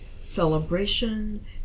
celebration